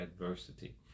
adversity